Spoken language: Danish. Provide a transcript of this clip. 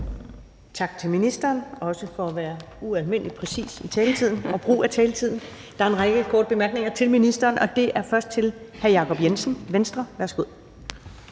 Tak til ministeren, også for at være ualmindelig præcis med brug af taletiden. Der er en række korte bemærkninger til ministeren, og det er først fra hr. Jacob Jensen, Venstre. Værsgo.